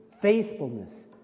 faithfulness